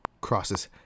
crosses